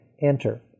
enter